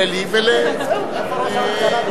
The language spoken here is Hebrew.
אדוני היושב-ראש, חברי חברי הכנסת,